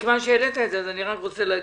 מכיוון שהעלית את זה אז אני רק רוצה להגיד: